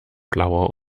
blauer